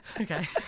Okay